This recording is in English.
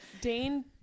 Dane